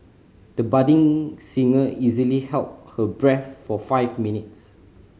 the budding singer easily held her breath for five minutes